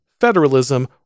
federalism